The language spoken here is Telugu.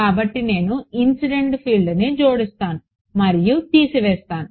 కాబట్టి నేను ఇన్సిడెంట్ ఫీల్డ్ ని జోడిస్తాను మరియు తీసివేస్తాను